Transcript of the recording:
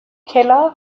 keller